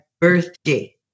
birthday